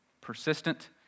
persistent